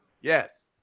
Yes